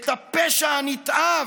את הפשע הנתעב,